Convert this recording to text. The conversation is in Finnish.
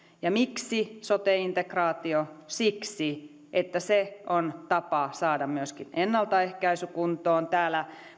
ja miksi sote integraatio siksi että se on tapa saada myöskin ennaltaehkäisy kuntoon täällä